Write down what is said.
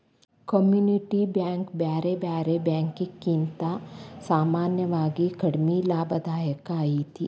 community bank ಬ್ಯಾರೆ ಬ್ಯಾರೆ ಬ್ಯಾಂಕಿಕಿಗಿಂತಾ ಸಾಮಾನ್ಯವಾಗಿ ಕಡಿಮಿ ಲಾಭದಾಯಕ ಐತಿ